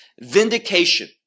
Vindication